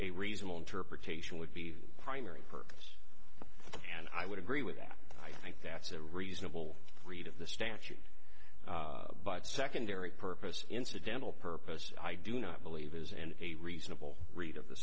a reasonable interpretation would be the primary purpose and i would agree with that i think that's a reasonable read of the statute but secondary purpose incidental purpose i do not believe is and a reasonable read of the